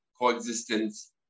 coexistence